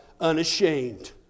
unashamed